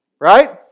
Right